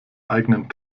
eigenen